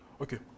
Okay